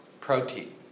protein